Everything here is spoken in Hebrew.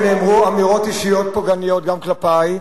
היות שנאמרו אמירות אישיות פוגעניות גם כלפי,